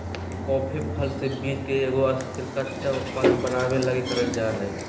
coffee फल से बीज के एगो स्थिर, कच्चा उत्पाद बनाबे लगी करल जा हइ